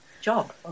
job